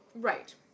Right